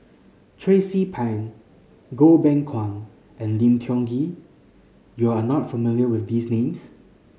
Tracie Pang Goh Beng Kwan and Lim Tiong Ghee you are not familiar with these names